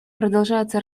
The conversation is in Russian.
продолжается